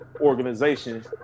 organization